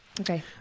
Okay